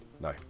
no